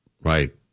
Right